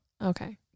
Okay